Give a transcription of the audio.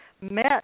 met